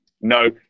no